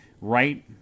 right